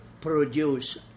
produce